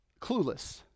clueless